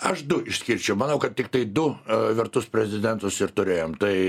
aš du išskirčiau manau kad tiktai du vertus prezidentus ir turėjom tai